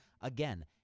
Again